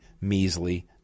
measly